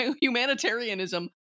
humanitarianism